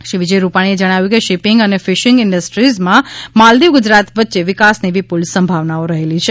શ્રી વિજયભાઇ રૂપાણીએ જણાવ્યું કે શિપિંગ અને ફિશીંગ ઇન્ડસ્ટ્રીમાં માલદીવ ગુજરાત વચ્ચે વિકાસની વિપૂલ સંભાવનાઓ રહેલી છે